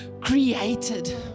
created